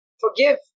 forgive